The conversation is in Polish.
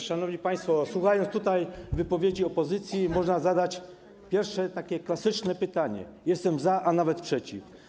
Szanowni państwo, słuchając tutaj wypowiedzi opozycji, można zadać pierwsze takie klasyczne pytanie... jestem za, a nawet przeciw.